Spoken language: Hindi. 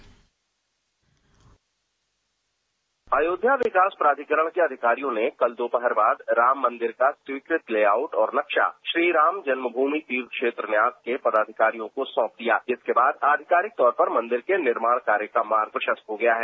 एक रिपोर्ट अयोध्या विकास प्राधिकरण के अधिकारियों ने कल दोपहर बाद राम मंदिर का स्वीकृत ले आउट और नक्शा श्री रामजन्म भूमि तीर्थ क्षेत्र न्यास के पदाधिकायों को सौंप दिया जिसके बाद आधिकारिक तौर पर मंदिर के निमार्ण कार्य का मार्ग प्रशस्त हो गया है